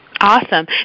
Awesome